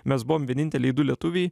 mes buvom vieninteliai du lietuviai